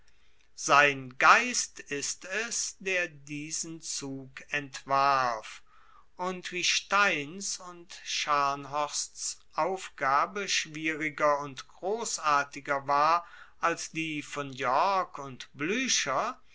sein geist ist es der diesen zug entwarf und wie steins und scharnhorsts aufgabe schwieriger und grossartiger war als die von york und bluecher